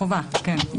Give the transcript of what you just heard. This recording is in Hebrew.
חובה, כן.